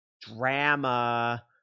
Drama